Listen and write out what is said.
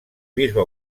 bisbe